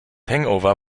hangover